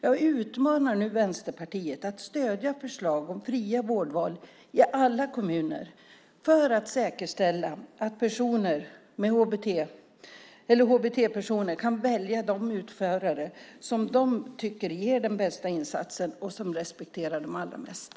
Jag utmanar nu Vänsterpartiet att stödja förslag om fria vårdval i alla kommuner för att säkerställa att HBT-personer kan välja de utförare som de tycker ger den bästa insatsen och som respekterar dem allra mest.